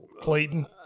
Clayton